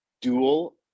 dual